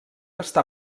està